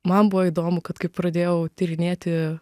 man buvo įdomu kad kai pradėjau tyrinėti